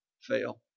fail